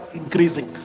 increasing